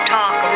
Talk